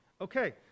Okay